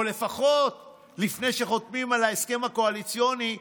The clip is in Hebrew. או לפחות לפני שחותמים על ההסכם הקואליציוני,